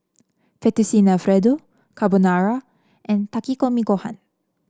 Fettuccine Alfredo Carbonara and Takikomi Gohan